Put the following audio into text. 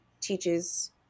teaches